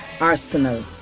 Arsenal